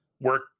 Work